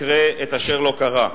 יקרה אשר לא קרה.